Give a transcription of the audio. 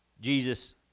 Jesus